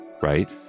right